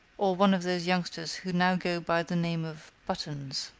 or one of those youngsters who now go by the name of buttons.